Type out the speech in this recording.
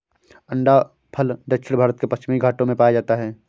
अंडाफल दक्षिण भारत के पश्चिमी घाटों में पाया जाता है